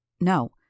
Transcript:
No